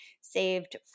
saved